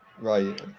Right